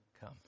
come